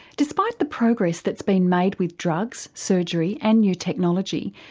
despite the progress that's been made with drugs, surgery and new technology,